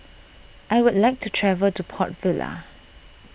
I would like to travel to Port Vila